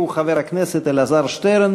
הוא חבר הכנסת אלעזר שטרן.